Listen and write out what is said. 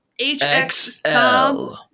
HXL